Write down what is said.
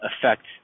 affect